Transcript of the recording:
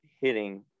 hitting